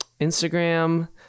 Instagram